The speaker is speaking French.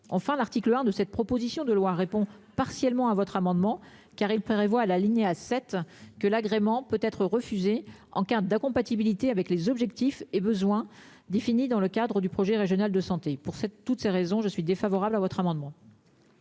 enfin l'article 1 de cette proposition de loi répond partiellement à votre amendement car il prévoit à la ligne à sept que l'agrément peut être refusé en cas d'incompatibilité avec les objectifs et besoins définis dans le cadre du projet régional de santé pour cette toutes ces raisons je suis défavorable à votre amendement.